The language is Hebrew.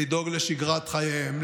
לדאוג לשגרת חייהם,